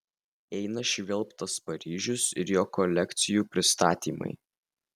eina švilpt tas paryžius ir jo kolekcijų pristatymai